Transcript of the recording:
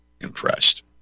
impressed